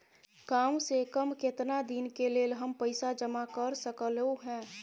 काम से कम केतना दिन के लेल हम पैसा जमा कर सकलौं हैं?